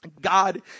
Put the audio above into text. God